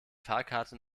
fahrkarte